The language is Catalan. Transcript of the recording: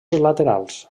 laterals